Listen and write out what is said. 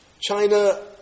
China